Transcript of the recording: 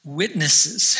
witnesses